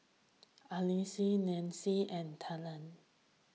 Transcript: Alyse Nancie and Tegan